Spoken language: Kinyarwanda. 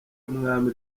y’umwami